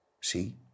See